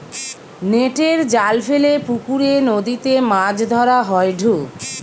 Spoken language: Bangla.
নেটের জাল ফেলে পুকরে, নদীতে মাছ ধরা হয়ঢু